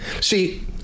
See